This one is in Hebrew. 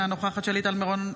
אינה נוכחת שלי טל מירון,